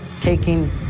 taking